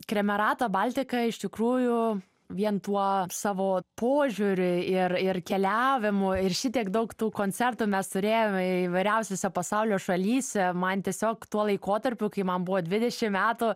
kremerata baltika iš tikrųjų vien tuo savo požiūriu ir ir keliavimu ir šitiek daug tų koncertų mes turėjome įvairiausiose pasaulio šalyse man tiesiog tuo laikotarpiu kai man buvo dvidešim metų